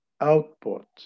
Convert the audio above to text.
output